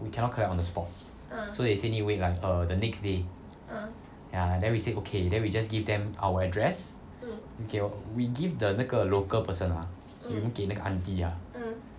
we cannot collect on the spot so they say need wait like err the next day ya then we say okay then we just give them our address 给我 we give the 那个 local person 的啦留给那个 auntie ah